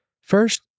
First